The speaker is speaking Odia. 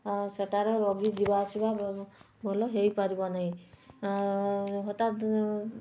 ହଁ ସେଠାରେ ରୋଗୀ ଯିବା ଆସିବା ଭଲ ହୋଇ ପାରିବ ନାହିଁ ହଠାତ୍